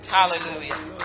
Hallelujah